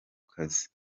kazi